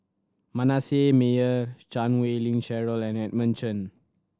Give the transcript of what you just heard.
Manasseh Meyer Chan Wei Ling Cheryl and Edmund Chen